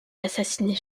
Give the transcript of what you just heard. assassinée